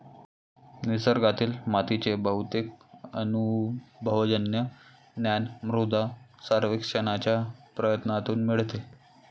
निसर्गातील मातीचे बहुतेक अनुभवजन्य ज्ञान मृदा सर्वेक्षणाच्या प्रयत्नांतून मिळते